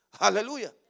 Hallelujah